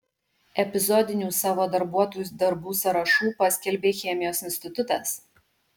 epizodinių savo darbuotojų darbų sąrašų paskelbė chemijos institutas